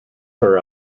her